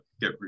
get